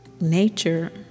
nature